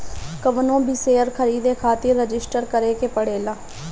कवनो भी शेयर खरीदे खातिर रजिस्टर करे के पड़ेला